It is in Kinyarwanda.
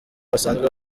basanzwe